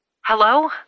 Hello